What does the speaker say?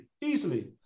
easily